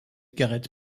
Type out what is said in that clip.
garrett